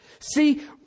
See